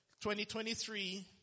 2023